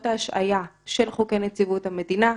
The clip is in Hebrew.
ההשעיה של חוקי נציבות שירות המדינה,